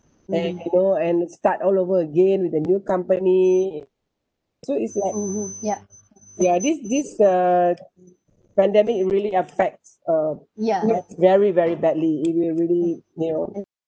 and you know and start all over again with a new company so it's like ya this this uh pandemic really affects uh us very very badly if we really knew